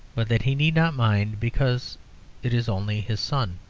but that he need not mind because it is only his son.